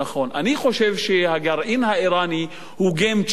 אני חושב שהגרעין האירני הוא game changer .